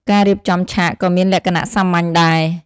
ការរៀបចំឆាកក៏មានលក្ខណៈសាមញ្ញដែរ។